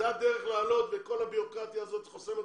זאת הדרך לעלות וכל הבירוקרטיה הזאת חוסמת